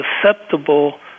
susceptible